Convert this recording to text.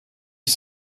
ist